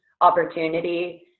opportunity